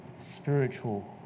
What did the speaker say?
spiritual